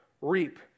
reap